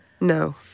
No